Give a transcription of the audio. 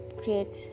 create